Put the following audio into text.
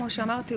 כמו שאמרתי,